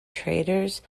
traders